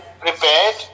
prepared